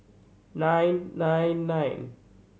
nine nine nine